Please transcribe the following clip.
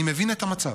אני מבין את המצב.